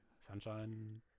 Sunshine